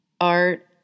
art